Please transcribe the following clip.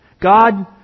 God